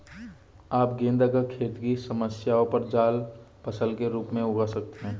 आप गेंदा को खेत की सीमाओं पर जाल फसल के रूप में उगा सकते हैं